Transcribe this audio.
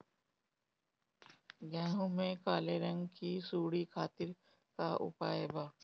गेहूँ में काले रंग की सूड़ी खातिर का उपाय बा?